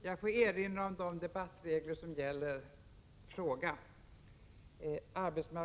Jag får erinra om de regler som gäller vid frågestunder.